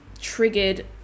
triggered